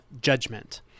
judgment